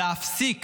להפסיק